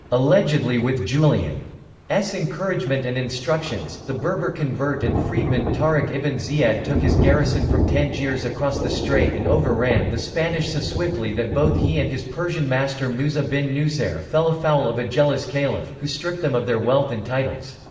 allegedly with julian's encouragement and instructions, the berber convert and freedman tariq ibn ziyad took his garrison from tangiers across the strait and overran the spanish so swiftly that both he and his persian master musa bin nusayr fell afoul of a jealous caliph, who stripped them of their wealth and titles.